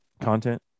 content